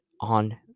on